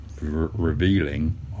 revealing